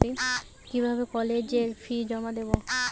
কিভাবে কলেজের ফি জমা দেবো?